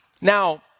Now